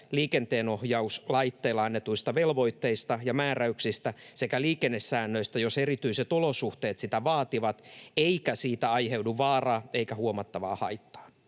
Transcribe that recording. liikenteenohjauslaitteilla annetuista velvoitteista ja määräyksistä sekä liikennesäännöistä, jos erityiset olosuhteet sitä vaativat eikä siitä aiheudu vaaraa eikä huomattavaa haittaa.